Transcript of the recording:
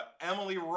Emily